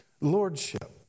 lordship